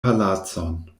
palacon